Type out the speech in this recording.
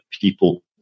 people